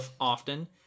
often